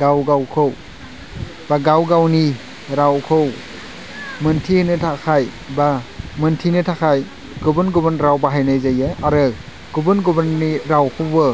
गाव गावखौ बा गाव गावनि रावखौ मिन्थिहोनो थाखाय बा मिन्थिनो थाखाय गुबुन गुबुन राव बाहायनाय जायो आरो गुबुन गुबुननि रावखौबो